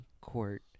court